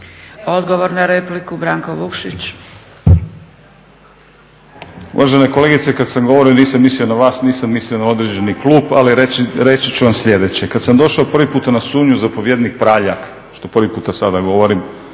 Vukšić. **Vukšić, Branko (Nezavisni)** Uvažena kolegice, kad sam govorio nisam mislio na vas, nisam mislio na određeni klub, ali reći ću vam sljedeće. Kad sam došao prvi puta na sumnju, zapovjednik Praljak, što prvi puta sada govorim